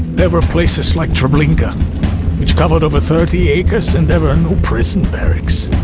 there were places like treblinka which covered over thirty acres and there were no prison barracks.